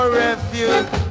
refuge